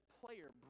player